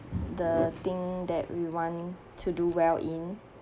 the thing that we want to do well in